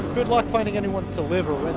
good luck finding anyone to live or